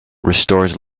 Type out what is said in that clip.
restores